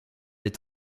est